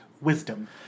Wisdom